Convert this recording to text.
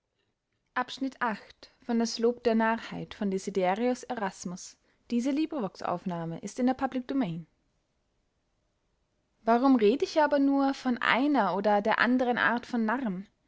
warum red ich aber nur von einer oder der andern art von narren